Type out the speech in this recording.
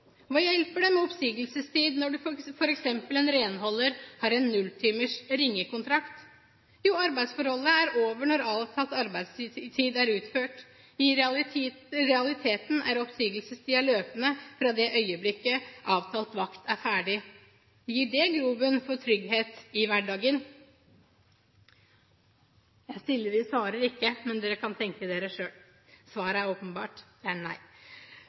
Hva hjelper det med oppsigelsestid når f.eks. en renholder har en 0-timers ringekontrakt? Jo, arbeidsforholdet er over når avtalt arbeidstid er utført. I realiteten er oppsigelsestiden løpende fra det øyeblikket avtalt vakt er ferdig. Gir det grobunn for trygghet i hverdagen? Jeg stiller spørsmålene og svarer ikke, men dere kan selv tenke dere – svaret er åpenbart nei.